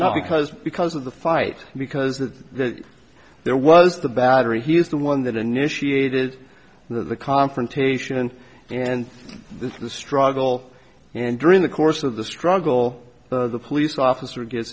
not because because of the fight because that there was the battery he is the one that initiated the confrontation and that's the struggle and during the course of the struggle the police officer gets